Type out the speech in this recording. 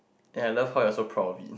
and I love how you are so proud of it